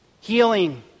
healing